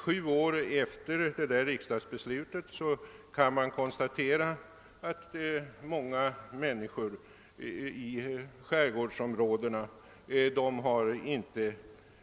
Sju år efter detta beslut kan man konstatera att många människor i skärgårdsområdena inte